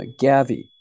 GAVI